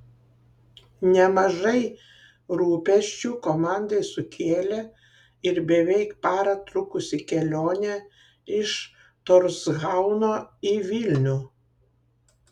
nemažai rūpesčių komandai sukėlė ir beveik parą trukusi kelionė iš torshauno į vilnių